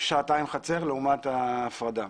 שעתיים חצר לעומת ההפרדה.